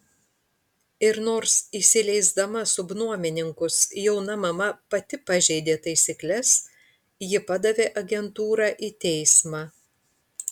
ir nors įsileisdama subnuomininkus jauna mama pati pažeidė taisykles ji padavė agentūrą į teismą